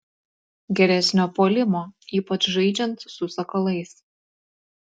geresnio puolimo ypač žaidžiant su sakalais